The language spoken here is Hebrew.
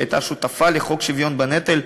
שהייתה שותפה לחוק השוויון בנטל,